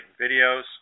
videos